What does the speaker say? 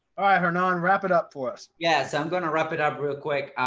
hernan wrap it up for us. yes, i'm going to wrap it up real quick.